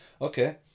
Okay